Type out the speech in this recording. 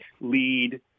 lead